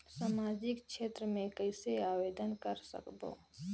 समाजिक क्षेत्र मे कइसे आवेदन कर सकबो?